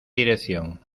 dirección